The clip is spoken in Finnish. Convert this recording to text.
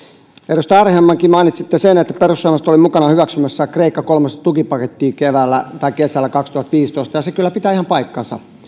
edustaja arhinmäki mainitsitte sen että perussuomalaiset olivat mukana hyväksymässä kreikka kolmostukipakettia kesällä kaksituhattaviisitoista ja se kyllä pitää ihan paikkansa